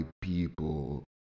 people